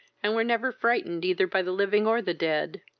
and were never frightened either by the living or the dead.